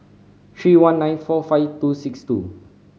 three one nine four five two six two